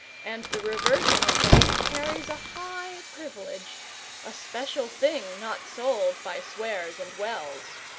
and the reversion of them carries a high privilege a special thing not sold by swears and wells.